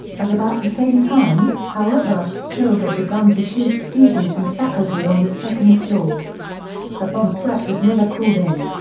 at about the same time, however, cho had begun to shoot students and faculty on the second floor the bomb threat was never called in.